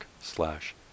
slash